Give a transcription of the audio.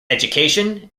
education